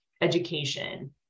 education